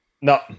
No